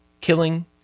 Killing